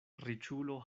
riĉulo